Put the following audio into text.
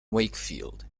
wakefield